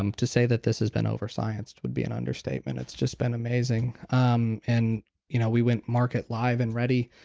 um to say that this has been overscienced would be an understatement. it's just been amazing um and you know we went market live and ready.